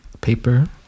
paper